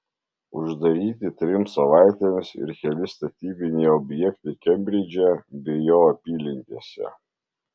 uždaryti trims savaitėms ir keli statybiniai objektai kembridže bei jo apylinkėse